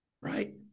Right